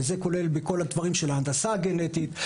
וזה כולל דברים בתחומי הנדסה גנטית,